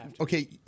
Okay